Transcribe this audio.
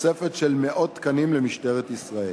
תוספת של מאות תקנים למשטרת ישראל.